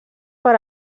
per